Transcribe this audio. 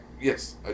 yes